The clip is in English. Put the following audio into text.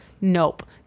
Nope